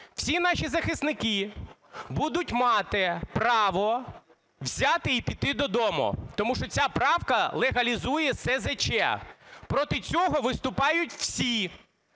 всі наші захисники будуть мати право взяти і піти додому, тому що ця правка легалізує СЗЧ. Проти цього виступають всі,